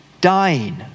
dying